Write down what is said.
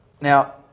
Now